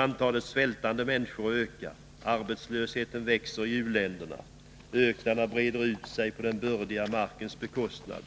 Antalet svältande människor ökar, arbetslösheten växer i u-länderna, öknarna breder ut sig på den bördiga markens bekostnad,